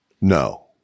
no